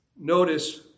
notice